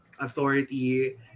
authority